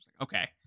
okay